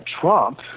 Trump